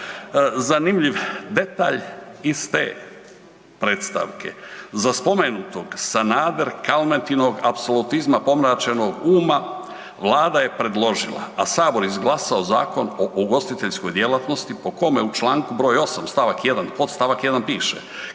zanimljiv detalj iz te predstavke, za spomenutog Sanader-Kalmetinog apsolutizma pomračenog uma vlada je predložila, a Sabor izglasao Zakon o ugostiteljskoj djelatnosti po kome u čl. 8. st. 1. podstavak 1. piše